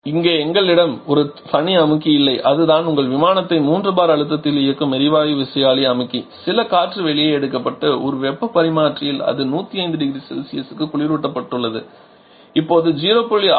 இங்கே எங்களிடம் ஒரு தனி அமுக்கி இல்லை அதுதான் உங்கள் விமானத்தை 3 bar அழுத்தத்தில் இயக்கும் எரிவாயு விசையாழி அமுக்கி சில காற்று வெளியே எடுக்கப்பட்டு ஒரு வெப்பப் பரிமாற்றியில் அது 1050C க்கு குளிரூட்டப்பட்டுள்ளது இப்போது 0